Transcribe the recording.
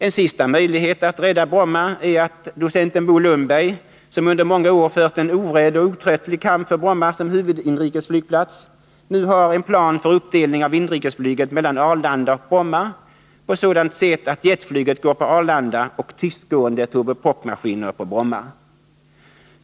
En sista möjlighet att rädda Bromma är att docenten Bo Lundberg, som under många år fört en orädd och outtröttlig kamp för Bromma som huvudinrikesflygplats, nu har en plan på uppdelning av inrikesflyget mellan Arlanda och Bromma på sådant sätt att jetflyget går på Arlanda och tystgående turbopropmaskiner på Bromma.